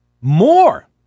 more